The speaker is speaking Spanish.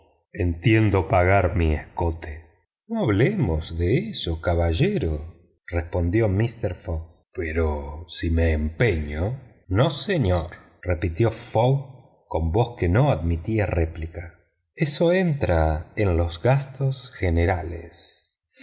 entiendo pagar mi escote no hablemos de eso caballero pero si me empeño no señor repitió fogg con voz que no admitía réplica eso entra en los gastos generales